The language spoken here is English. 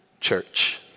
church